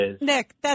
Nick